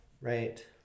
Right